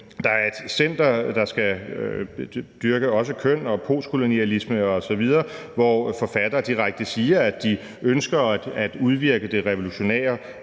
er et center, der også skal dyrke køn og postkolonialisme osv., og hvor forfattere direkte siger, at de ønsker at udvirke det revolutionære